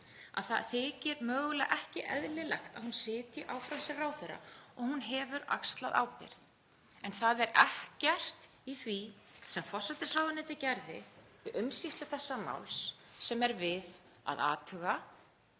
að það þykir mögulega ekki eðlilegt að hún sitji áfram sem ráðherra og hún hefur axlað ábyrgð. En það er ekkert í því sem forsætisráðuneytið gerði við umsýslu þessa máls sem er við að athuga.